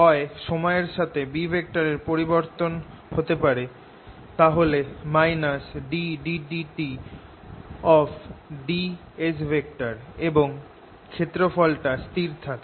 হয় সময়ের সাথে B এর পরিবর্তন হতে পারে তাহলে ddt এবং ক্ষেত্রফলটা স্থির থাকে